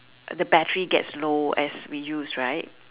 the battery gets low as we use right